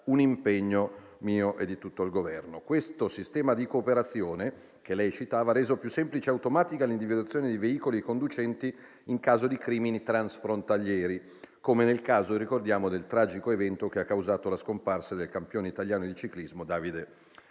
un impegno mio e di tutto il Governo. Il sistema di cooperazione che la senatrice interrogante citava ha reso più semplice e automatica l'individuazione di veicoli e conducenti in caso di crimini transfrontalieri, come nel caso - lo ricordiamo - del tragico evento che ha causato la scomparsa del campione italiano di ciclismo Davide